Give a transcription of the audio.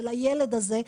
של הילד הזה,